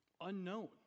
Unknown